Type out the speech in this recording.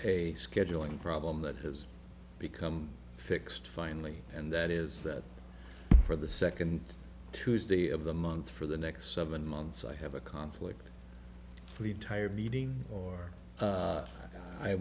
a scheduling problem that has become fixed finally and that is that for the second tuesday of the month for the next seven months i have a conflict for the entire beating or